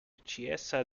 chiesa